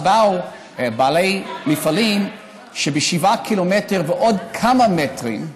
אז באו בעלי מפעלים שבשבעה קילומטר ועוד כמה מטרים,